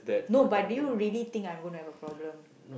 no but do you really think I'm going to have a problem